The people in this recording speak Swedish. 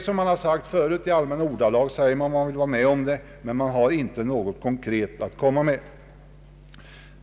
Som tidigare sagts uttrycker man i allmänna ordalag att man ”vill vara med om det”, men man har inte något konkret förslag.